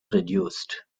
reduced